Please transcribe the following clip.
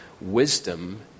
Wisdom